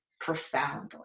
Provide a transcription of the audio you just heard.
profoundly